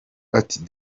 ati